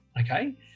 okay